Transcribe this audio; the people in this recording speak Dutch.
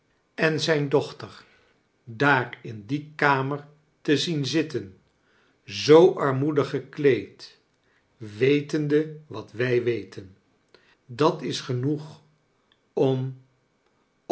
en zijn dochter daar in die kamer te zien zitten zoo armoedig gekleed wetende wat wij weten dat is genoeg om